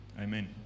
Amen